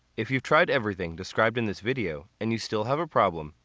if you've tried everything described in this video and you still have a problem,